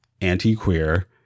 anti-queer